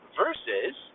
versus –